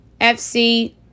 FC